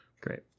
Great